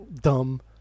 dumb